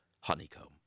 honeycomb